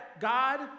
God